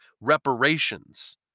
reparations